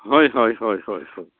হয় হয় হয় হয় হয়